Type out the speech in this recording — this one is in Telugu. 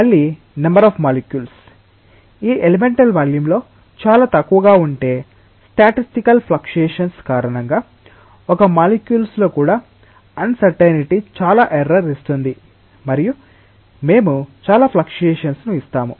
మళ్ళీ నెంబర్ ఆఫ్ మాలిక్యూల్స్ ఈ ఎలిమెంటల్ వాల్యూమ్లో చాలా తక్కువగా ఉంటే స్టాటిస్టికల్ ఫ్లక్షుయేషన్స్ కారణంగా ఒక మాలిక్యూల్స్ లో కూడా అన్సర్టైనిటి చాలా ఎర్రర్ ఇస్తుంది మరియు మేము చాలా ఫ్లక్షుయేషన్స్ ను ఇస్తాము